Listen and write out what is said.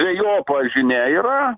dvejopa žinia yra